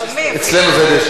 אצלנו זה די שגרתי.